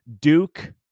Duke